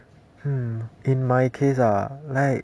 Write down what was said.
hmm in my case ah like